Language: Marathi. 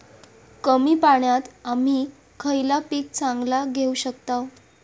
कमी पाण्यात आम्ही खयला पीक चांगला घेव शकताव?